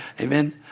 Amen